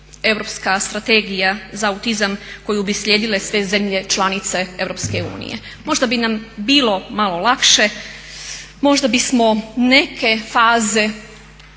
europska strategija za autizam koju bi slijedile sve zemlje članice Europske unije. Možda bi nam bilo malo lakše, možda bismo neke faze